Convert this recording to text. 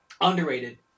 Underrated